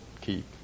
keep